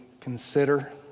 consider